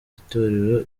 itorero